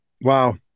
wow